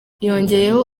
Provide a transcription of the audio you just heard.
yongeyeho